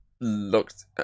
looked